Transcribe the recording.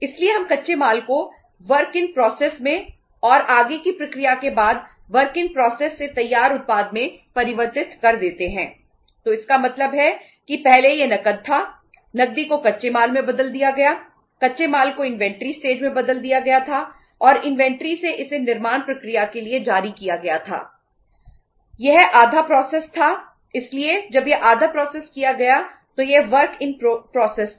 इसलिए हम कच्चे माल को वर्क इन प्रोसेस था